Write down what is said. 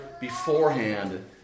beforehand